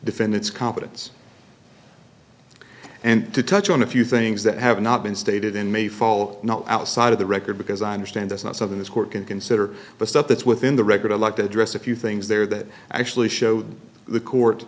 defendant's competence and to touch on a few things that have not been stated in may fall outside of the record because i understand that's not something this court can consider but stuff that's within the record i'd like to address a few things there that actually show the court